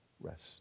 rest